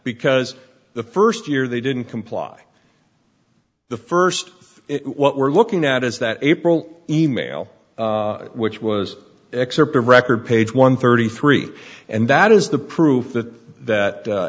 because the first year they didn't comply the first what we're looking at is that april e mail which was excerpt of record page one thirty three and that is the proof that